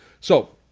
so